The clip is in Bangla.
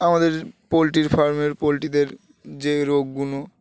আমাদের পোলট্রির ফার্মের পোলট্রিদের যে রোগগুলো